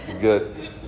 Good